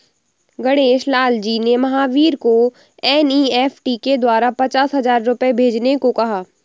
गणेश लाल जी ने महावीर को एन.ई.एफ़.टी के द्वारा पचास हजार भेजने को कहा